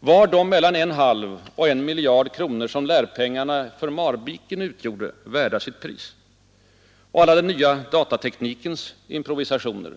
Var de mellan en halv och en miljard kronor som lärpengarna för Marviken utgjorde värda sitt pris? Och alla den nya datateknikens improvisationer!